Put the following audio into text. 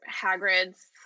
Hagrid's